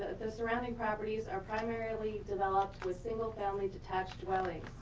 the surrounding properties are primarily developed with single family detached dwellings.